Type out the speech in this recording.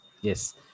Yes